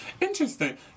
Interesting